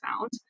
found